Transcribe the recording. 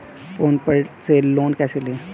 Phone पर से loan कैसे लें?